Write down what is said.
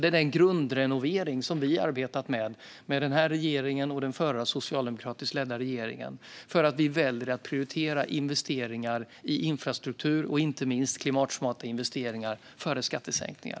Det är den grundrenovering som vi har arbetat med i den här regeringen och den förra socialdemokratiskt ledda regeringen för att vi väljer att prioritera investeringar i infrastruktur, och inte minst klimatsmarta investeringar, före skattesänkningar.